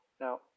Now